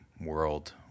world